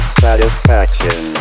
satisfaction